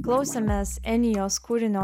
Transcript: klausėmės enijos kūrinio